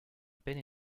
peine